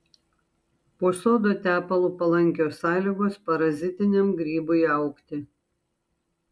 po sodo tepalu palankios sąlygos parazitiniam grybui augti